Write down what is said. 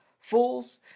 Fools